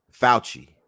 Fauci